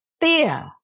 fear